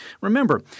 Remember